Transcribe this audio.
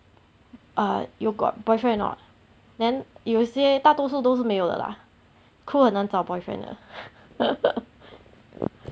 err you got boyfriend or not then 有些大多数都是没有的 lah crew 很难找 boyfriend 的